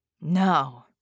No